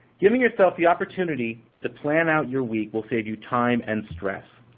giving yourself the opportunity to plan out your week will save you time and stress.